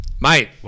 mate